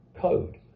code